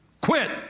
quit